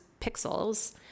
pixels